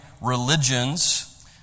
religions